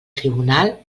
tribunal